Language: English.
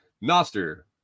Noster